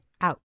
out